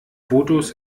fotos